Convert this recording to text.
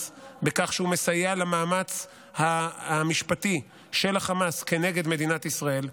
בכך שהוא מסייע למאמץ המשפטי של החמאס נגד מדינת ישראל,